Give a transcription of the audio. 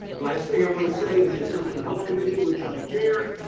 last thing i want to say the assembly health committee, which i chair